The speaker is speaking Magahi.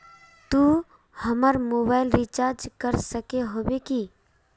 तू हमर मोबाईल रिचार्ज कर सके होबे की?